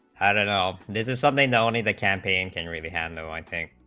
at at all this is something only the campaign can really handle